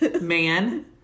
man